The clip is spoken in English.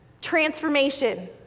Transformation